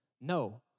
No